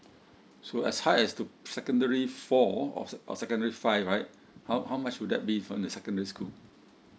so as high as to secondary four or secondary five right how how much would that be from the secondary school